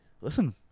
listen